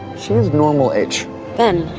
she's normal age ben,